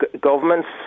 Governments